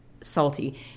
salty